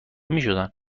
میشدن